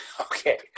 Okay